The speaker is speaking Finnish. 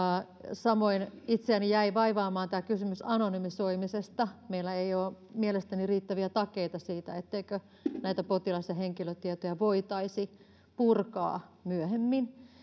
samoin itseäni jäi vaivaamaan kysymys anonymisoimisesta meillä ei ole mielestäni riittäviä takeita siitä etteikö näitä potilas ja henkilötietoja voitaisi purkaa myöhemmin